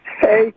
Hey